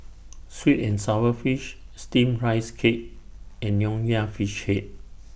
Sweet and Sour Fish Steamed Rice Cake and Nonya Fish Head